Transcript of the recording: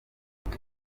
iki